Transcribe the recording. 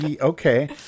Okay